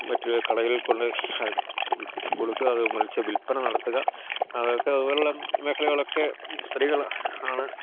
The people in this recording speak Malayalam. മറ്റൊരു കടകളിൽ കൊണ്ട് കൊടുക്കുക അത് മൽസ്യ വില്പന നടത്തുക അതൊക്കെ അതുപോലെയുള്ള മേഖലകളൊക്കെ സ്ത്രീകൾ ആണ്